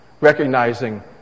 recognizing